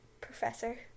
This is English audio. Professor